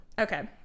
okay